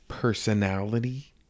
personality